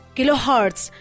Kilohertz